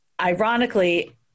ironically